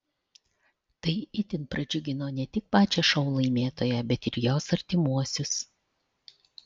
tai itin pradžiugino ne tik pačią šou laimėtoją bet ir jos artimuosius